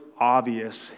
obvious